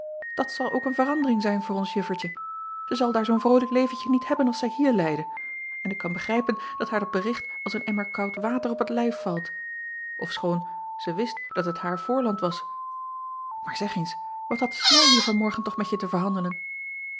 dat zal ook een verandering zijn voor ons juffertje zij zal daar zoo n vrolijk leventje niet hebben als zij hier leidde en ik kan begrijpen dat haar dat bericht als een emmer koud water op t lijf valt ofschoon zij wist dat het haar voorland was maar zeg eens wat had nel hier van morgen toch met je te verhandelen